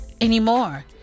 anymore